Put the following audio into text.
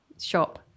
shop